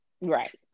Right